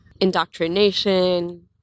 Indoctrination